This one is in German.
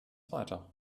weiter